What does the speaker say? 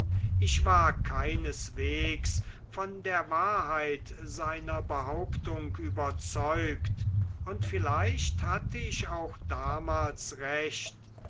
ich war keinesweges von der wahrheit seiner behauptung überzeugt und vielleicht hatte ich auch damals recht